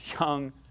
Young